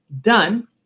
done